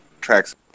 tracks